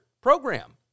program